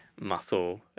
muscle